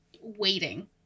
waiting